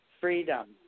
freedom